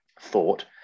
thought